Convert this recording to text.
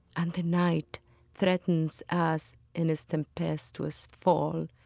and the night threatens us in its tempestuous fall,